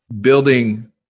building